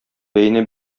бәйнә